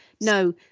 No